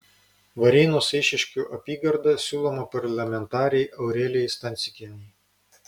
varėnos eišiškių apygarda siūloma parlamentarei aurelijai stancikienei